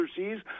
overseas